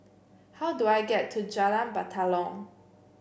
how do I get to Jalan Batalong